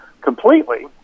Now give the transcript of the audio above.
completely